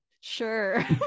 sure